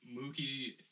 Mookie